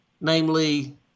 namely